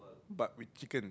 but with chicken